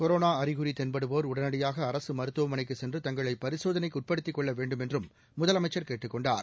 corona அறிகுறி தென்படுவோா் உடனடியாக அரசு மருத்துவமனைக்கு சென்று தங்களை பரிசோதனைக்குட்படுத்திக் கொள்ள வேண்டும் என்றும் முதலமைச்சர் கேட்டுக் கொண்டார்